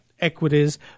equities